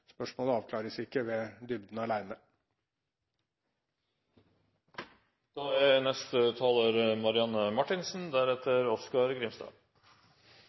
spørsmålet avklares ikke ved dybden